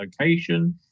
location